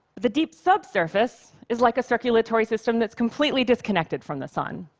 the deep subsurface is like a circulatory system that's completely disconnected from the sun.